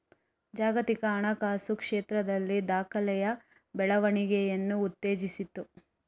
ಜಾಗತಿಕ ಹಣಕಾಸು ಕ್ಷೇತ್ರದಲ್ಲಿ ದಾಖಲೆಯ ಬೆಳವಣಿಗೆಯನ್ನು ಉತ್ತೇಜಿಸಿತು